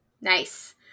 Nice